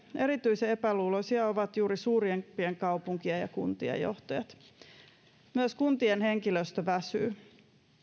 erityisen epäluuloisia ovat juuri suurimpien kaupunkien ja ja kuntien johtajat myös kuntien henkilöstö väsyy